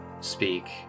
Speak